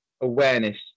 awareness